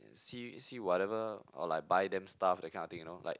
see see whatever or like buy them stuff that kind of thing you know like